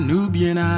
Nubian